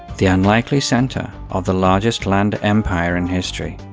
the unlikely centre of the largest land empire in history.